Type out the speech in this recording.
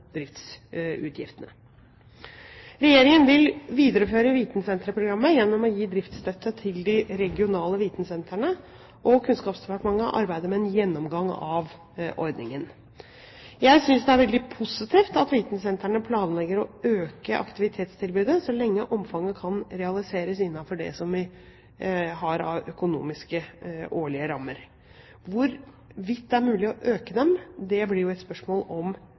driftsutgiftene. Regjeringen vil videreføre Vitensenterprogrammet gjennom å gi driftsstøtte til de regionale vitensentrene, og Kunnskapsdepartementet arbeider med en gjennomgang av ordningen. Jeg synes det er veldig positivt at vitensentrene planlegger å øke aktivitetstilbudet så lenge omfanget kan realiseres innenfor det vi har av årlige økonomiske rammer. Hvorvidt det er mulig å øke dem, blir et spørsmål om